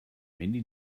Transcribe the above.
many